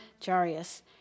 Jarius